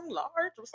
large